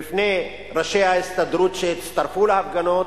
בפני ראשי ההסתדרות שהצטרפו להפגנות,